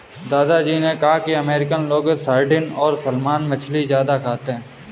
दादा जी ने कहा कि अमेरिकन लोग सार्डिन और सालमन मछली ज्यादा खाते हैं